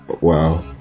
Wow